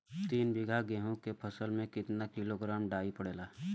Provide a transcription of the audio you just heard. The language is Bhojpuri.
तीन बिघा गेहूँ के फसल मे कितना किलोग्राम डाई पड़ेला?